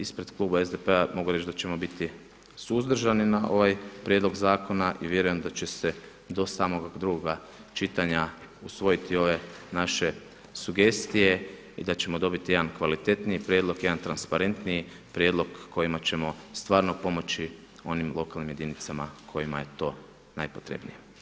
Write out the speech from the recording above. Ispred kluba SDP-a mogu reći da ćemo biti suzdržani na ovaj prijedlog zakona i vjerujem da će se do samoga drugoga čitanja usvojiti ove naše sugestije i da ćemo dobiti jedan kvalitetniji prijedlog, jedan transparentniji prijedlog kojima ćemo stvarno pomoći onim lokalnim jedinicama kojima je to najpotrebnije.